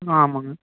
ஆமாங்க